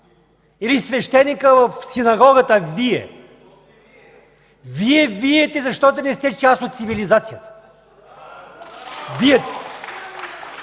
Или свещеникът в Синагогата вие. Вие виете, защото не сте част от цивилизацията. (Силен